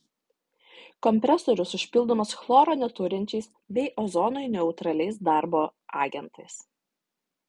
kompresorius užpildomas chloro neturinčiais bei ozonui neutraliais darbo agentais